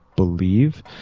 believe